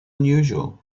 unusual